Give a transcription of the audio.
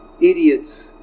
Idiots